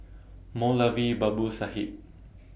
Moulavi Babu Sahib